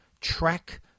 track